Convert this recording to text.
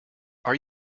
are